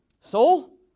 soul